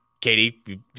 Katie